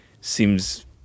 seems